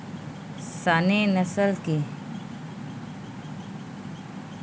Saanen नसल के छेरी ह दिन म अड़हई ले तीन लीटर तक दूद देथे